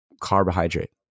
carbohydrate